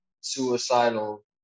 suicidal